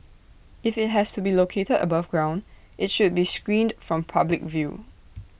if IT has to be located above ground IT should be screened from public view